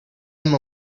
him